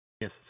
Yes